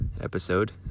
episode